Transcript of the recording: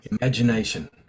Imagination